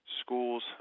schools